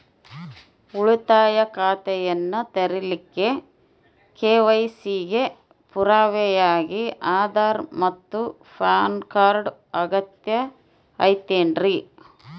ಉಳಿತಾಯ ಖಾತೆಯನ್ನ ತೆರಿಲಿಕ್ಕೆ ಕೆ.ವೈ.ಸಿ ಗೆ ಪುರಾವೆಯಾಗಿ ಆಧಾರ್ ಮತ್ತು ಪ್ಯಾನ್ ಕಾರ್ಡ್ ಅಗತ್ಯ ಐತೇನ್ರಿ?